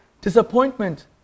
disappointment